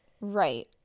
right